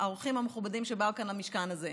האורחים המכובדים שבאו למשכן הזה,